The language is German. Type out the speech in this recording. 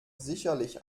sicherlich